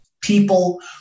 People